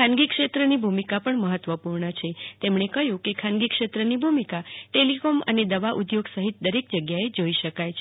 ખાનગી ક્ષેત્રની ભૂ મિકા પણ મહત્વપૂર્ણ છે તેમણે કહ્યું કે ખાનગી ક્ષેત્રની ભૂ મિકા ટેલિકોમ અને દવા ઉદ્યોગ સહિત દરેક જગ્યાએ જોઇ શકાય છે